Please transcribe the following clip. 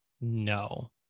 No